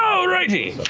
all righty.